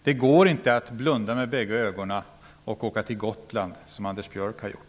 Det går inte att blunda med bägge ögonen och åka till Gotland, som Anders Björck har gjort.